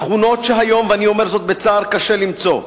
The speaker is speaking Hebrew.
תכונות שהיום, ואני אומר זאת בצער, קשה למצוא.